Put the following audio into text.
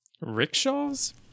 Rickshaws